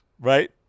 Right